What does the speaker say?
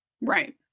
Right